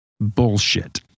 bullshit